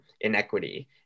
inequity